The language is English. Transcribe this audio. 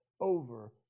over